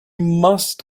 must